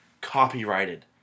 Copyrighted